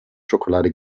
schokolade